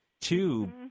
Two